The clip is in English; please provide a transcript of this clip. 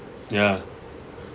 ya